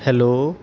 hello